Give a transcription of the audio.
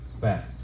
back